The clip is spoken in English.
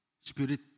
spirit